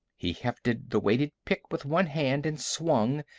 he hefted the weighted pick with one hand and swung,